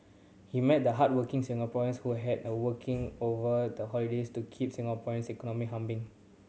he met the hardworking Singaporeans who had a working over the holidays to keep Singapore's economy humming